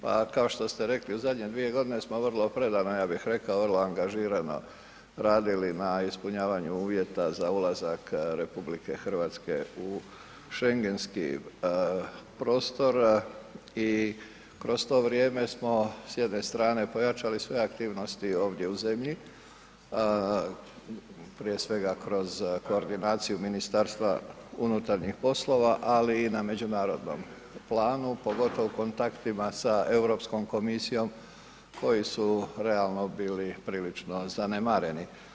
Pa kao što ste rekli, u zadnje 2 g. smo vrlo predano ja bih rekao, vrlo angažirani radili na ispunjavanju uvjeta za ulazak RH u schengenski prostor i kroz to vrijeme smo s jedne strane pojačali sve aktivnosti ovdje u zemlji, prije svega kroz koordinaciju Ministarstva unutarnjih poslova ali i na međunarodnom planu pogotovo kontaktima sa Europskom komisijom koji su realno bili prilično zanemareni.